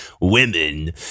women